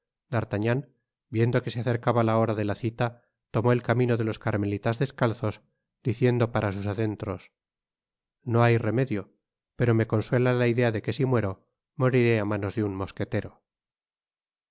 viendo que se acercaba la hora de la cita tomó el camino de los carmelitas descalzos diciendo para sus adentros no hay remedio pero me consuela la idea de que si muero moriré á manos de un mosquetero